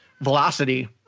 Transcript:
velocity